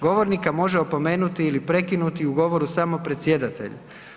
Govornika može opomenuti ili prekinuti u govoru samo predsjedatelj.